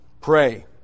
Pray